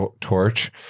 torch